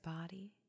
body